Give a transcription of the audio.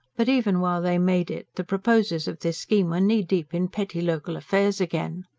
but, even while they made it, the proposers of this scheme were knee-deep in petty, local affairs again.